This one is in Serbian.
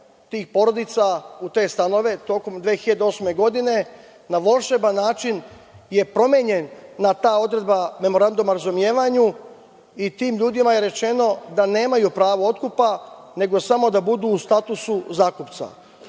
tih porodica u te stanove, tokom 2008. godine, na volšeban način je promenjena ta odredba Memoranduma o razumevanju i tim ljudima je rečeno da nemaju pravo otkupa, nego samo da budu u statusu zakupca,